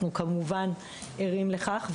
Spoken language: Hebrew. אנחנו כמובן ערים לכך,